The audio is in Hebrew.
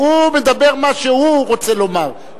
הוא מדבר מה שהוא רוצה לומר,